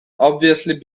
obviously